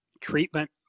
treatment